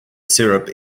syrup